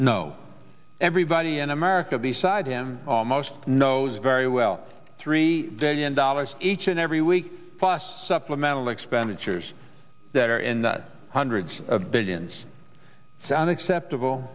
know everybody in america beside him almost knows very well three billion dollars each and every week plus supplemental expenditures that are in the hundreds of billions found acceptable